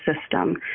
system